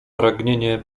pragnienie